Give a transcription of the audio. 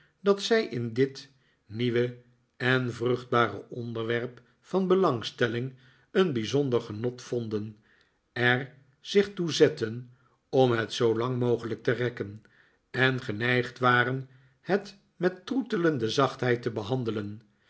dat zij in dit nieuwe en vruchtbare onderwerp van belangstelling een bijzonder genot vonden er zich toe zetten om het zoo lang mogelijk te rekken en geneigd waren het met troetelende zachtheid te behandelen